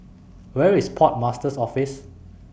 Where IS Port Master's Office